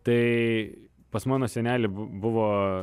tai pas mano senelį bu buvo